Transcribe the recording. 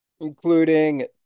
including